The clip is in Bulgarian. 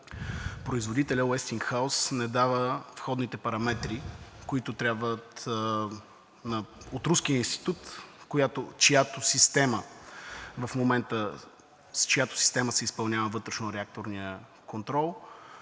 производителят „Уестингхаус“ не дава входните параметри, които трябват, от руския институт, с чиято система в момента се изпълнява вътрешнореакторният контрол,